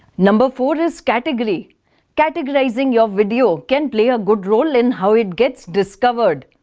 number four is category categorizing your video can play a good role in how it gets discovered